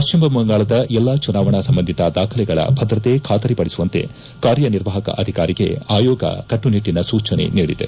ಪಶ್ಚಿಮ ಬಂಗಾಳದ ಎಲ್ಲಾ ಚುನಾವಣಾ ಸಂಬಂಧಿತ ದಾಖಲೆಗಳ ಭದ್ರತೆ ಖಾತರಿ ಪಡಿಸುವಂತೆ ಕಾರ್ಯನಿರ್ವಾಹಕ ಅಧಿಕಾರಿಗೆ ಆಯೋಗ ಕಟ್ಟು ನಿಟ್ಟಿನ ಸೂಚನೆ ನೀಡಿದೆ